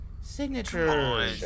Signature